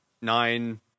nine